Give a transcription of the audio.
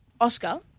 Oscar